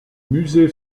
musée